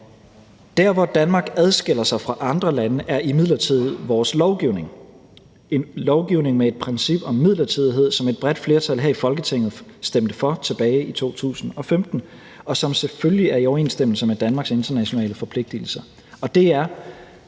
Der, hvor Danmark adskiller sig fra andre lande, er imidlertid ved vores lovgivning – en lovgivning med et princip om midlertidighed, som et bredt flertal her i Folketinget stemte for tilbage i 2015, og som selvfølgelig er i overensstemmelse med Danmarks internationale forpligtigelser,